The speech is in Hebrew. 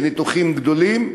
וניתוחים גדולים,